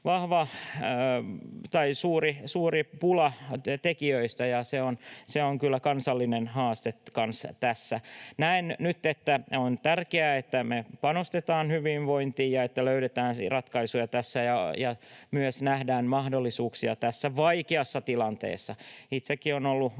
on suuri pula tekijöistä, ja se on kyllä kansallinen haaste kanssa tässä. Näen, että nyt on tärkeää, että me panostetaan hyvinvointiin ja että löydetään ratkaisuja tässä ja myös nähdään mahdollisuuksia tässä vaikeassa tilanteessa. Itsekin olen ollut